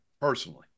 Personally